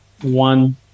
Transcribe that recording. one